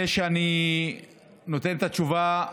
אני לא קיבלתי ממך שום פנייה.